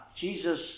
Jesus